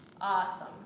Awesome